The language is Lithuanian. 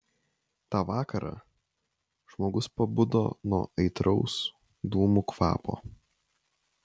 tą vakarą žmogus pabudo nuo aitraus dūmų kvapo